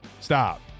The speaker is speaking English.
stop